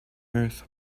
earth